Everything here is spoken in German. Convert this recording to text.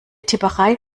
tipperei